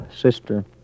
sister